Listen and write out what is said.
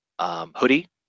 hoodie